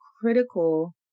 critical